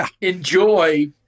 enjoy